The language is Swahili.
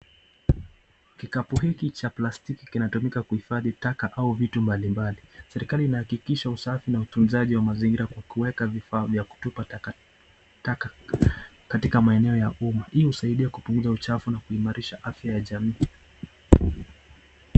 Kikapu hiki cha plastiki kinatumiwa kuhifadhi taka au vitu mbalimbali. Serikali inahakikisha usafi na utunzaji wa mazingira kwa kueka bidhaa vya kutupa takataka katika maeneo ya umma. Hii husaidia kupunguza uchafu na kuimariaha afya ya jamii.